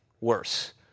worse